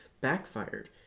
backfired